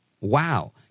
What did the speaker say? wow